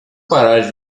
parar